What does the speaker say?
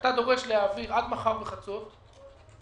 שאתה דורש להעביר עד מחר בחצות את